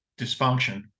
dysfunction